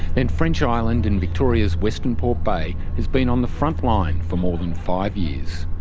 then french island in victoria's western port bay has been on the front line for more than five years.